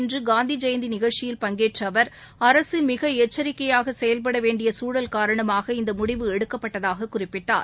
இன்றுகாந்திஜெயந்திநிகழ்ச்சியில் மகுரையில் பங்கேற்றஅவர் அரசமிகஎச்சரிக்கையாகசெயல்படவேண்டியசூழல் காரணமாக இந்தமுடிவு எடுக்கப்பட்டதாககுறிப்பிட்டார்